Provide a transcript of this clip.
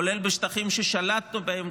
כולל בשטחים ששלטנו בהם,